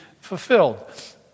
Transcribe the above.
fulfilled